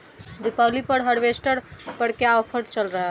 दीपावली पर हार्वेस्टर पर क्या ऑफर चल रहा है?